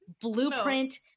blueprint